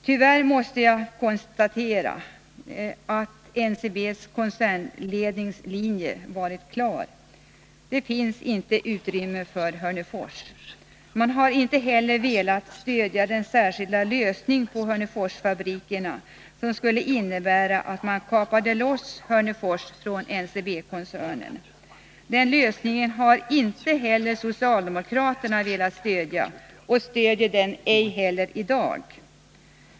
Tyvärr måste jag konstatera att NCB:s koncernlednings linje har varit klar — det finns inte utrymme för Hörnefors. Man har inte heller velat stödja den särskilda lösning för Hörneforsfabrikerna som skulle innebära att man kapade loss Hörnefors från NCB-koncernen. Den lösningen har inte heller socialdemokraterna velat stödja, och de gör det inte heller i dag.